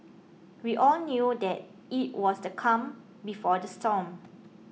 we all knew that it was the calm before the storm